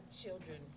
children